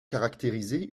caractérisé